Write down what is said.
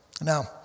Now